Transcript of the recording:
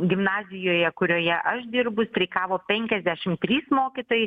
gimnazijoje kurioje aš dirbu streikavo penkiasdešim trys mokytojai